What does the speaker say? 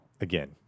Again